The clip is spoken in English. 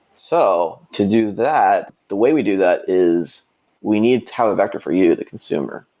so to do that, the way we do that is we need to have a vector for you the consumer.